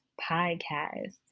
podcast